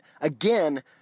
Again